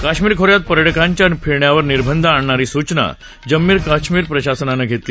कश्मीर खो यात पर्यटकांच्या फिरण्यावर निर्बंध आणणारी सूचना जम्मू कश्मीर प्रशासनान मागं घेतली